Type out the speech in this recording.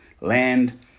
land